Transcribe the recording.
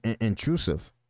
intrusive